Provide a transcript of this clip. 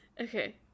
Okay